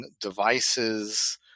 devices